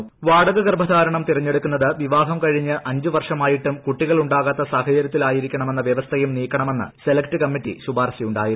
ദമ്പതികൾ വാടക ഗർഭധാരണം തെരഞ്ഞെട്ടുക്കുന്നത് വിവാഹം കഴിഞ്ഞ് അഞ്ച് വർഷമായിട്ടും കുട്ടികൾ ഉണ്ടുക്ടാത്ത് സാഹചര്യത്തിലായിരിക്കണമെന്ന വ്യവസ്ഥയും നീക്കണമെന്ന് ഉൾല്ക്ട് കമ്മിറ്റി ശുപാർശയുണ്ടായിരുന്നു